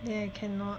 then I cannot